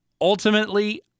Ultimately